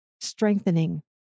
strengthening